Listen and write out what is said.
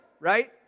right